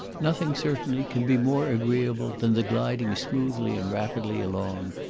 nothing, certainly, can be more agreeable than the gliding smoothly and rapidly along,